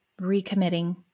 Recommitting